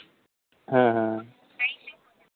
हाँ हाँ